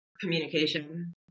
communication